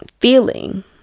feeling